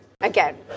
again